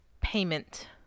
Payment